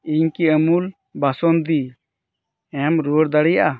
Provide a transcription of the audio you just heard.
ᱤᱧ ᱠᱤ ᱟᱢᱩᱞ ᱵᱟᱥᱩᱱᱫᱤ ᱮᱢ ᱨᱩᱣᱟᱹᱲ ᱫᱟᱲᱮᱭᱟᱜᱼᱟ